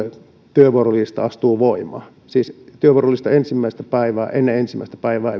työvuorolista astuu voimaan siis työvuorolista täytyy julkaista viikko ennen ensimmäistä päivää